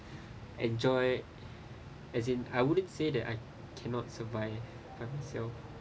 enjoy as in I wouldn't say that I cannot survive by myself